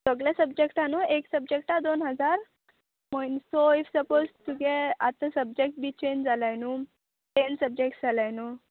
सगले सब्जॅक्टा न्हू एक सब्जॅक्टा दोन हजार म्हयन सो इफ सपोज तुगे आतां सब्जॅक्ट बी चेंज जाले न्हू टेन सब्जॅक्ट जाले न्हू